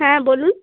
হ্যাঁ বলুন